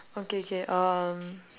okay K um